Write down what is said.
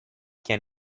can